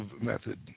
Method